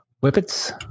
Whippets